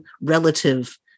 relative